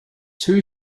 two